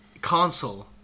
console